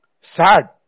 sad